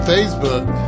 Facebook